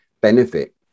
benefit